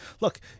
Look